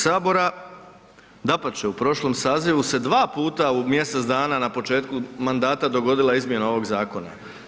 Dapače, u prošlom sazivu se dva puta u mjesec dana na početku mandata dogodila izmjena ovog zakona.